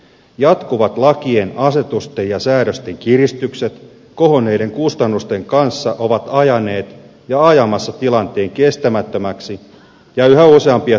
jatkuvat lakien asetusten ja säädösten kiristykset ovat kohonneiden kustannusten kanssa ajaneet ja ajamassa tilanteen kestämättömäksi ja yhä useampia tuottajia työttömiksi